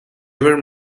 were